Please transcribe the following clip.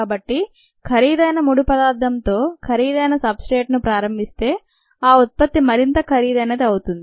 కాబట్టి ఖరీదైన ముడిపదార్థంతో ఖరీదైన సబ్ స్ట్రేట్ను ప్రారంభిస్తే ఆ ఉత్పత్తి మరింత ఖరీదైనది అవుతుంది